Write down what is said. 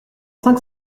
cinq